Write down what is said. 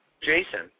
Jason